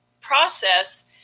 process